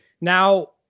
now